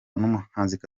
n’umuhanzi